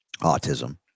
autism